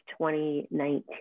2019